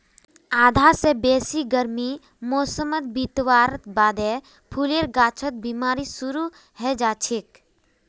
आधा स बेसी गर्मीर मौसम बितवार बादे फूलेर गाछत बिमारी शुरू हैं जाछेक